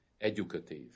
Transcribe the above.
educative